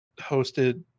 hosted